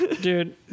Dude